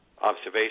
observation